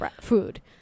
food